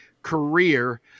career